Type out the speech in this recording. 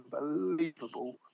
unbelievable